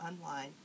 online